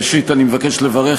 ראשית אני מבקש לברך,